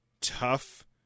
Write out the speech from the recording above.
tough